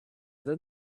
then